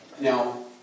Now